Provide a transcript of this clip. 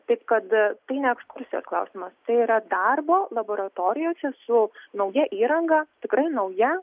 taip kad tai ne ekskursijos klausimas tai yra darbo laboratorijose su nauja įranga tikrai nauja